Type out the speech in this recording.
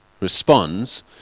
responds